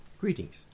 Greetings